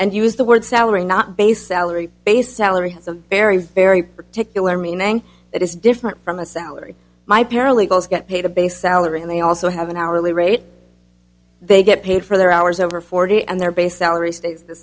and use the word salary not base salary base salary has a very very particular meaning that is different from a salary my paralegals get paid a base salary and they also have an hourly rate they get paid for their hours over forty and their base salary stays the